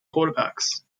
quarterbacks